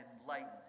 enlightened